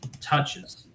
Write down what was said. touches